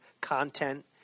content